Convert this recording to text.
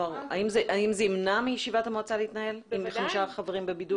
האם זה ימנע מישיבת המועצה להתנהל אם חמישה חברים בבידוד?